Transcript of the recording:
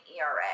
ERA